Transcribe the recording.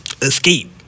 Escape